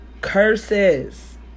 curses